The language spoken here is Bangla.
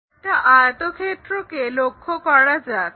একটা আয়তক্ষেত্রকে লক্ষ্য করা যাক